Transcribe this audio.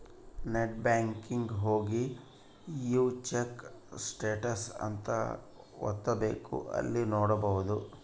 net banking ಹೋಗಿ view check status ಅಂತ ಒತ್ತಬೆಕ್ ಅಲ್ಲಿ ನೋಡ್ಕೊಬಹುದು